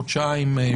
חודשיים,